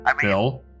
Bill